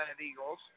Eagles